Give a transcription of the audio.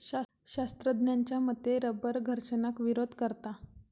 शास्त्रज्ञांच्या मते रबर घर्षणाक विरोध करता